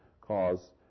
cause